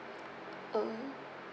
uh